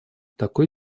такой